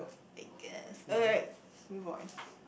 I guess alright move on